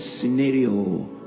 scenario